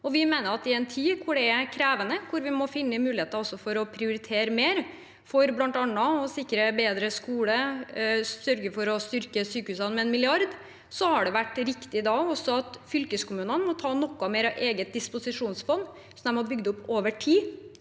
Vi mener at i en tid hvor det er krevende, hvor vi må finne muligheter for å prioritere mer for bl.a. å sikre en bedre skole og sørge for å styrke sykehusene med 1 mrd. kr, har det vært riktig at også fylkeskommunene må ta noe mer ut av eget disposisjonsfond, som de har bygd opp over tid,